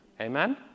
Amen